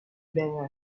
better